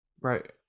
right